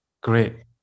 great